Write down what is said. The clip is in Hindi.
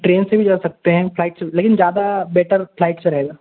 ट्रेन से भी जा सकते हैं फ़्लाइट से भी लेकिन ज़्यादा बेटर फ़्लाइट से रहेगा